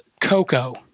Coco